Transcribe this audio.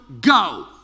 go